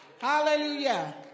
Hallelujah